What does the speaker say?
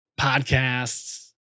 podcasts